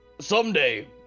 Someday